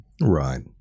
Right